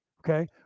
Okay